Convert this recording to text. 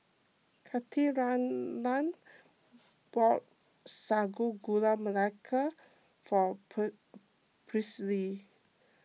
Katharina bought Sago Gula Melaka for Presley